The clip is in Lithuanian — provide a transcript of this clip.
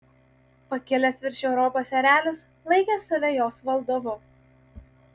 pakilęs virš europos erelis laikė save jos valdovu